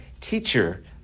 teacher